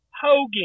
Hogan